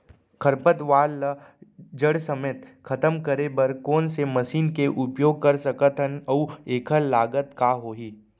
खरपतवार ला जड़ समेत खतम करे बर कोन से मशीन के उपयोग कर सकत हन अऊ एखर लागत का होही?